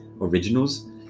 originals